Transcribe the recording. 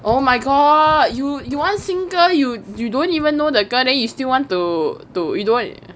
oh my god you you want sing 歌 you you don't even know the 歌 then you still want to to you don't